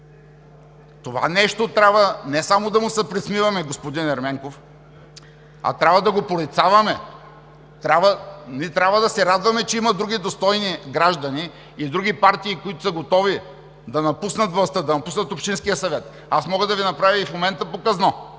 това нещо трябва не само да му се присмиваме, господин Ерменков, а трябва да го порицаваме. Ние трябва да се радваме, че има други достойни граждани и други партии, които са готови да напуснат властта, да напуснат Общинския съвет. Аз мога и в момента да